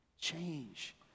Change